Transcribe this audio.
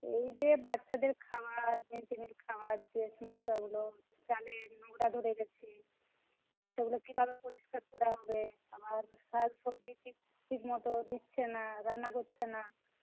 এই যে বাচ্ছাদের খাওয়ার ক্যান্টিনের খাওয়ার যে সমস্যাগুলো চালে নোংরা ধরে গেছে সেগুলো কীভাবে পরিষ্কার করা হবে আবার ফল সবজি ঠিক ঠিক মতো দিচ্ছে না রান্না করছে না